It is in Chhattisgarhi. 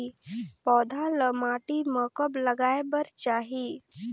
पौधा ल माटी म कब लगाए बर चाही?